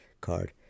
card